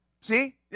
See